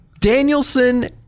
Danielson